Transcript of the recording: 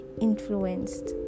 influenced